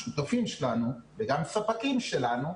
השותפים שלנו וגם ספקים שלנו.